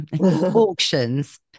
auctions